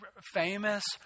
famous